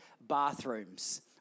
bathrooms